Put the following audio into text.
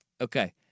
Okay